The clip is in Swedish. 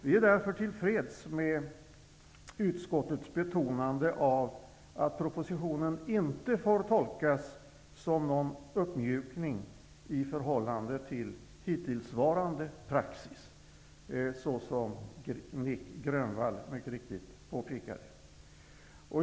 Vi är därför till freds med utskottets betonande av att propositionen inte får tolkas som någon uppmjukning i förhållande till hittillsvarande praxis, såsom Nic Grönvall mycket riktigt påpekade.